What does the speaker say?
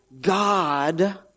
God